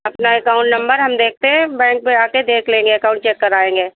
अपना account number हम देखते हैं बैंक में जाकर देख लेंगे अकाउंट चेक कराएंगे